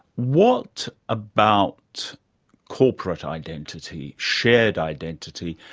what about corporate identity, shared identity,